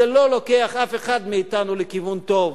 זה לא לוקח אף אחד מאתנו לכיוון טוב,